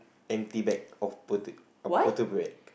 empty bag of pota~ of potato bag